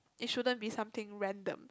it shouldn't be something random